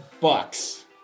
Bucks